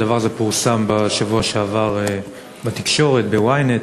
הדבר הזה פורסם בשבוע שעבר בתקשורת, ב-ynet.